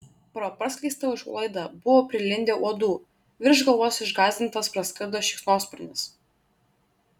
pro praskleistą užuolaidą buvo prilindę uodų virš galvos išgąsdintas praskrido šikšnosparnis